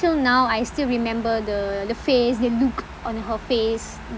now I still remember the the face the look on her face